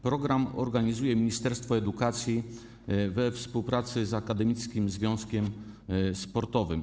Program organizuje ministerstwo edukacji we współpracy z Akademickim Związkiem Sportowym.